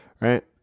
right